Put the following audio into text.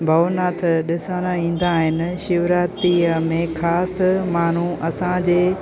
भवनाथ ॾिसणु ईंदा आहिनि शिवरात्रिअ में ख़ासि माण्हू असांजे